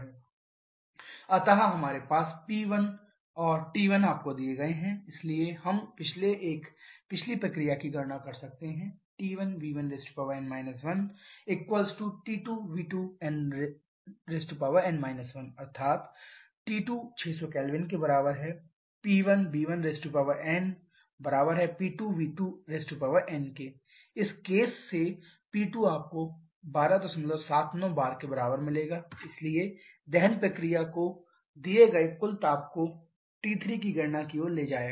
slide समय देखे 4520 अतः हमारे पास P1 और T1 आपको दिए गए हैं इसलिए हम पिछले एक पिछली प्रक्रिया की गणना कर सकते हैं T1v1n 1T2v2n 1 अर्थात T2 600 K P1v1nP2v2n इस केस से P2 1279 bar इसलिए दहन प्रक्रिया को दिए गए कुल ताप को T3 की गणना की ओर ले जाया जाएगा